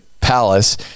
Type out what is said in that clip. palace